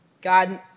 God